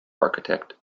architect